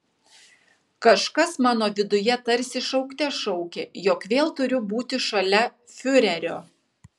kažkas mano viduje tarsi šaukte šaukė jog vėl turiu būti šalia fiurerio